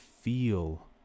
Feel